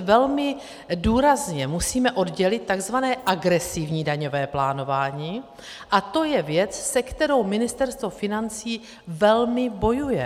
velmi důrazně musíme oddělit takzvané agresivní daňové plánování a to je věc, se kterou Ministerstvo financí velmi bojuje.